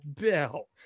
bill